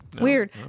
Weird